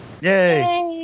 Yay